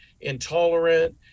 intolerant